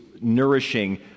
nourishing